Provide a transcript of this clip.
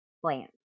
plant